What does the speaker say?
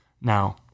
Now